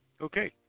Okay